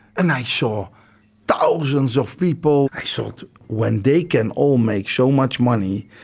and i saw thousands of people. i saw when they can all make so much money,